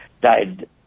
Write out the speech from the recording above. died